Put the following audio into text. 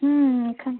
হুম এখান